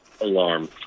alarm